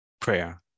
prayer